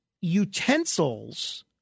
utensils